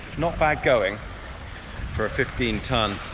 not bad going for a fifteen tonne